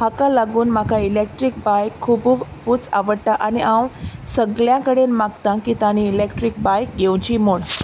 हाका लागून म्हाका इलॅक्ट्रीक बायक खुबूच आवडटा आनी हांव सगळ्यां कडेन मागतां की तांणी इलॅक्ट्रीक बायक घेवची म्हूण